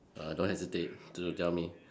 err don't hesitate to tell me